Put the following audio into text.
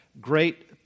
great